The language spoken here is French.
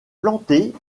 plantées